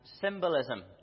symbolism